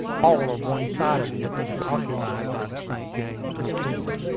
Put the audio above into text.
all of one side of it is occupied by the st. james hotel.